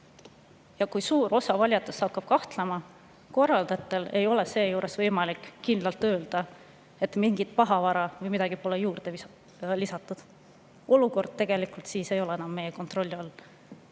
Kui suur osa valijatest hakkab kahtlema ja korraldajatel ei ole seejuures võimalik kindlalt öelda, et mingit pahavara või midagi pole juurde lisatud, siis olukord tegelikult ei ole enam meie kontrolli all.